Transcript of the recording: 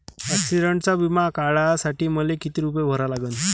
ॲक्सिडंटचा बिमा काढा साठी मले किती रूपे भरा लागन?